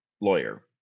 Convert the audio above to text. lawyer